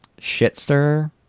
shitster